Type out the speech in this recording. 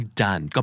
done